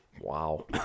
Wow